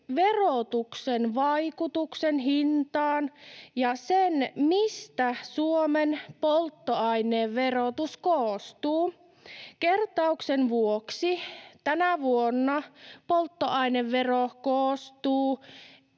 verotuksen vaikutuksen hintaan ja sen, mistä Suomen polttoaineverotus koostuu. Kertauksen vuoksi: Tänä vuonna polttoainevero koostuu